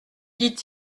dit